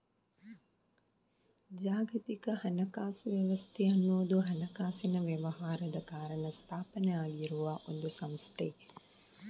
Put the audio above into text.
ಜಾಗತಿಕ ಹಣಕಾಸು ವ್ಯವಸ್ಥೆ ಅನ್ನುವುದು ಹಣಕಾಸಿನ ವ್ಯವಹಾರದ ಕಾರಣ ಸ್ಥಾಪನೆ ಆಗಿರುವ ಒಂದು ಸಂಸ್ಥೆ